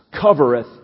covereth